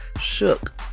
shook